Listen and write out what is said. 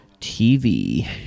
TV